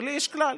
ולי יש כלל: